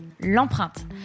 l'empreinte